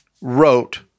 wrote